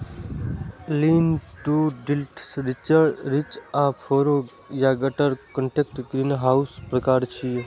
lean to detached, ridge आ furrow या gutter connected ग्रीनहाउसक प्रकार छियै